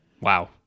Wow